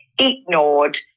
ignored